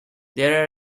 there